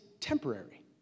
temporary